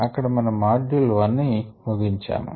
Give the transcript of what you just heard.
అక్కడ మనం మాడ్యూల్ 1 ని ముగించాము